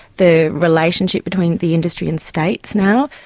the relationship between the industry and states now.